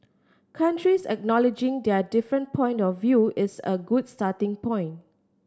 countries acknowledging their different point of view is a good starting point